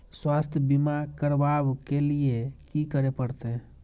स्वास्थ्य बीमा करबाब के लीये की करै परतै?